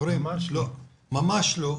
ממש לא,